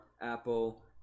Apple